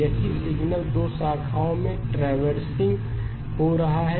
यही सिग्नल 2 शाखाओं पर ट्रैवर्सिंगहो रहा है